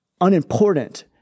unimportant